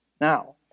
Now